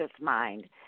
mind